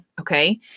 okay